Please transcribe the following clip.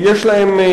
יש להם,